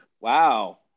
Wow